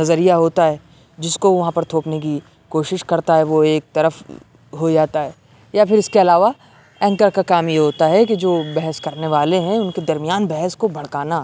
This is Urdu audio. نظریہ ہوتا ہے جس کو وہ وہاں پر تھوپنے کی کوشش کرتا ہے وہ ایک طرف ہو جاتا ہے یا پھر اس کے علاوہ اینکر کا کام یہ ہوتا ہے کہ جو بحث کرنے والے ہیں ان کے درمیان بحث کو بھڑکانا